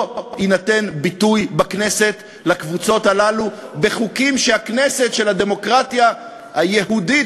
לא יינתן ביטוי בכנסת לקבוצות הללו בחוקים שהכנסת של הדמוקרטיה היהודית,